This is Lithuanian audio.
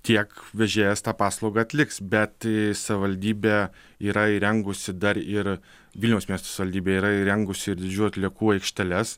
tiek vežėjas tą paslaugą atliks bet savivaldybė yra įrengusi dar ir vilniaus miesto savivaldybė yra įrengusi ir didižiųjų atliekų aikšteles